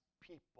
people